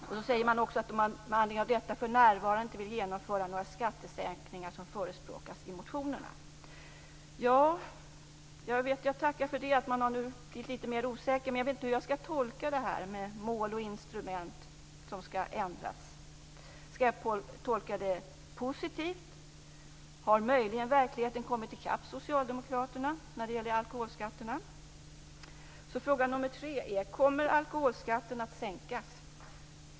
Man skriver också att man med anledning av detta inte för närvarande inte vill genomföra några av de skattesänkningar som förespråkas i motionerna. Jag tackar för att man nu har blivit lite mera osäker, men jag vet inte hur jag skall tolka orden om att mål och instrument skall ändras. Skall jag tolka det positivt? Har möjligen verkligheten kommit i kapp socialdemokraterna när det gäller alkoholskatterna? Så fråga nummer 3 är: Kommer alkoholskatten att sänkas?